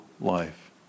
life